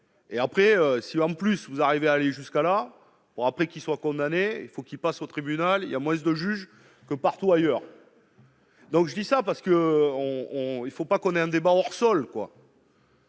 et après, si en plus vous arrivez à aller jusqu'à la mort, après qu'il soit condamné, il faut qu'il passe au tribunal, il y a moins de juges que partout ailleurs. Donc je dis ça parce que on il faut pas qu'on ait un débat hors sol